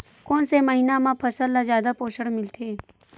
कोन से महीना म फसल ल जादा पोषण मिलथे?